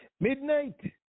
Midnight